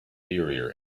inferior